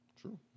True